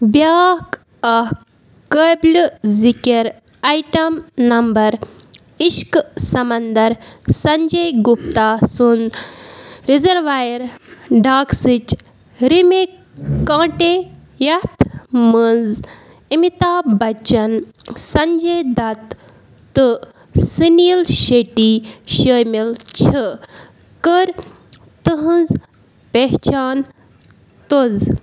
بیٛاکھ اَکھ قٲبلہِ ذِکِر آیٹم نمبر عشقہٕ سَمندر سنجے گُپتا سُنٛد رِزروایَر ڈاکسٕچ رِمِک کانٛٹے یَتھ منٛز امیتابھ بَچَن سنجے دَت تہٕ سُنیٖل شٔٹی شٲمِل چھِ کٔر تٕہٕنٛز پہچان توز